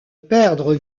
perdre